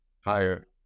higher